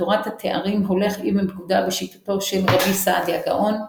בתורת התארים הולך אבן פקודה בשיטתו של רב סעדיה גאון,